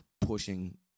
pushing